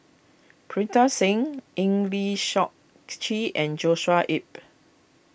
Pritam Singh Eng Lee Seok Chee and Joshua Ip